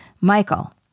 Michael